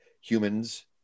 humans